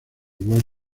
igual